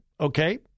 Okay